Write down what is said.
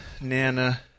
Nana